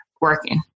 working